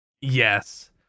Yes